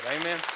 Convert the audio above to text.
Amen